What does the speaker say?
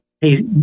hey